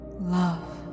love